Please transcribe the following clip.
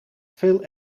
veel